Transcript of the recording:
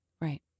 Right